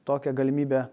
tokią galimybę